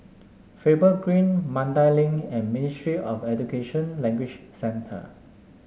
Faber Green Mandai Link and Ministry of Education Language Centre